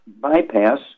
bypass